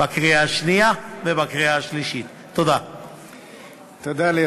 וכמובן תודה לעוזרי